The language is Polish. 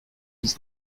nic